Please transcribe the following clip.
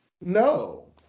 No